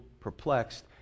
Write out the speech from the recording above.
perplexed